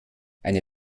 eine